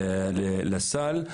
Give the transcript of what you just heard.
לסל,